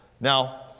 Now